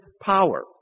power